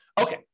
Okay